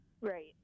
Right